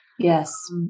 Yes